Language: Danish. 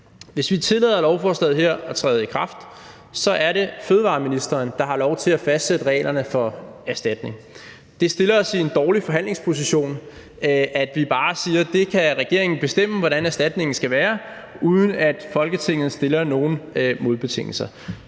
Hvis vi tillader, at lovforslaget her træder i kraft, så er det fødevareministeren, der har lov til at fastsætte reglerne for erstatning. Det stiller os i en dårlig forhandlingsposition, at vi bare siger, at regeringen kan bestemme, hvordan erstatningen skal være, uden at Folketinget stiller nogen modbetingelser.